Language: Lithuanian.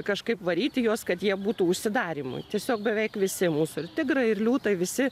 kažkaip varyti juos kad jie būtų užsidarymui tiesiog beveik visi mūsų ir tigrai ir liūtai visi